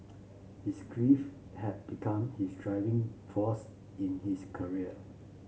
his grief had become his driving force in his career